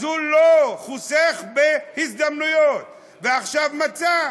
אז הוא לא חוסך בהזדמנויות, ועכשיו מצא,